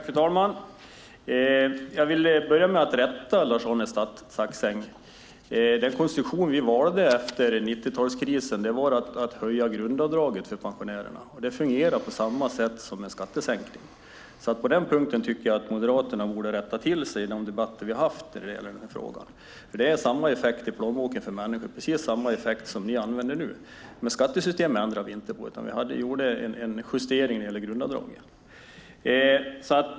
Fru talman! Jag vill börja med att rätta Lars-Arne Staxäng. Den konstruktion som vi valde efter 90-talskrisen var att höja grundavdraget för pensionärerna. Det fungerar på samma sätt som en skattesänkning. På den punkten tycker jag att Moderaterna borde ha rättat sig i de debatter som vi har haft när det gäller denna fråga. Detta har nämligen samma effekt i plånboken för människor. Det har samma effekt som det som ni nu använder. Men skattesystemet ändrade vi inte på, utan vi gjorde en justering när det gällde grundavdraget.